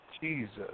Jesus